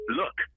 look